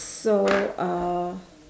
so uh